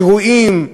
אירועים,